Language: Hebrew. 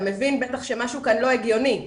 אתה מבין שבטח משהו כאן לא הגיוני.